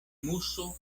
muso